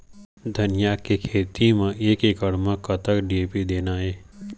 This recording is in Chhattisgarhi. धनिया के खेती म एक एकड़ म कतक डी.ए.पी देना ये?